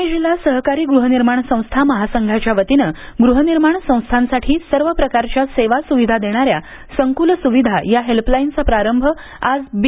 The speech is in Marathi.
पुणे जिल्हा सहकारी गृहनिर्माण संस्था महासंघाच्या वतीनं गृहनिर्माण संस्थांसाठी सर्व प्रकारच्या सेवा सुविधा देणाऱ्या संकुल सुविधा या हेल्पलाईनचा प्रारंभ आज बी